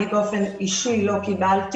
אני, באופן אישי, לא קיבלתי.